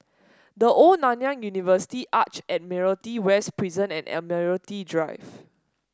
The Old Nanyang University Arch Admiralty West Prison and Admiralty Drive